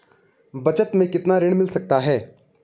बचत मैं कितना ऋण मिल सकता है?